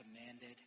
commanded